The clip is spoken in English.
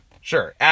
Sure